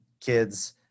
kids